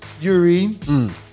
urine